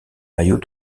maillot